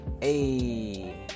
Hey